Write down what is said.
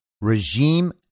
regime